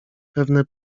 pewne